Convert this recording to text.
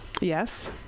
Yes